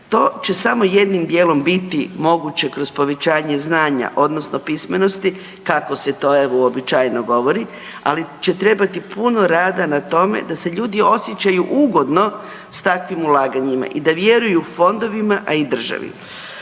To će samo jednim dijelom biti moguće kroz povećanje znanja odnosno pismenosti kako se to evo uobičajeno govori, ali će trebati puno rada na tome da se ljudi osjećaju ugodno s takvim ulaganjima i da vjeruju fondovima, a i državi.